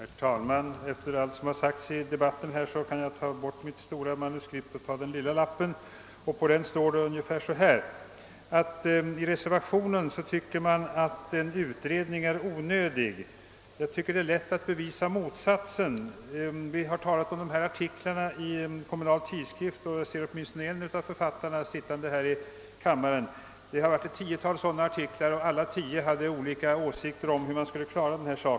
Herr talman! Efter allt som sagts i denna debatt kan jag lägga bort mitt stora manuskript och ta den lilla lappen. På den står ungefär följande. I reservationen anser man att en utredning är onödig. Jag tycker att det är lätt att bevisa motsatsen. Det har talats om artiklarna i Kommunal Tidskrift. Jag ser åtminstone en av författarna sitta här i kammaren. Det har förekommit ett tiotal sådana artiklar, och däri framförs olika åsikter om hur man skall lösa detta problem.